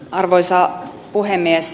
arvoisa puhemies